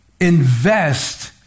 invest